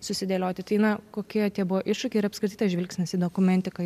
susidėlioti tai na kokie tie buvo iššūkiai ir apskritai tas žvilgsnis į dokumentiką